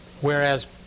whereas